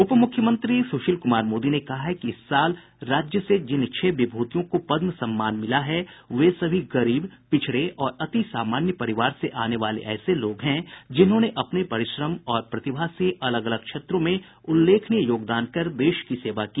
उपमुख्यमंत्री सुशील कुमार मोदी ने कहा है कि इस साल राज्य से जिन छह विभूतियों को पद्म सम्मान मिला है वे सभी गरीब पिछड़े और अति सामान्य परिवार से आने वाले ऐसे लोग हैं जिन्होंने अपने परिश्रम और प्रतिभा से अलग अलग क्षेत्रों में उल्लेखनीय योगदान कर देश की सेवा की